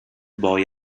boy